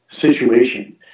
situation